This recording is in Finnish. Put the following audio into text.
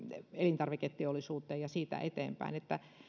elintarviketeollisuuteen ja siitä eteenpäin